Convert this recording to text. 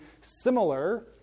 similar